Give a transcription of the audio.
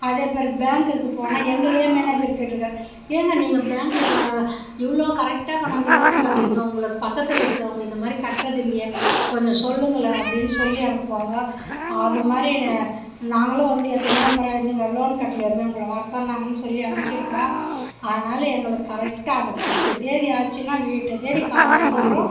அதே மாதிரி பேங்க்குக்கு போனால் எங்களையே மேனேஜர் கேட்டுருக்காரு ஏங்க நீங்கள் பேங்க்கில் இவ்வளோ கரெக்டாக கொண்டாந்து லோன் கட்டுறீங்க உங்களுக்கு பக்கத்தில் இருக்கறவுங்க இந்த மாதிரி கட்டுறதில்லையே கொஞ்சம் சொல்லுங்களேன் அப்படின்னு சொல்லி அனுப்புவாங்க அது மாதிரி நாங்களும் வந்து எத்தனையோ முறை நீங்கள் லோன் கட்டலயாமே உங்களை வர சொன்னாங்கன்னு சொல்லி அனுப்பிச்சிருக்கோம் அதனால் எங்களுக்கு கரெக்டாக அந்த பத்து தேதி ஆச்சுன்னா வீட்டை தேடி காசு வந்துடும்